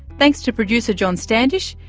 thanks to producer john standish,